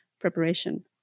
preparation